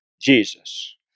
Jesus